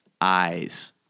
eyes